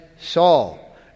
Saul